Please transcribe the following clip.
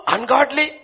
Ungodly